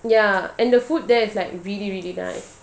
ya and the food there is like really really nice